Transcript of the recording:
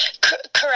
Correct